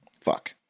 Fuck